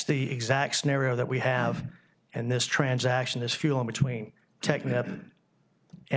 the exact scenario that we have and this transaction is fuelling between